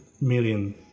million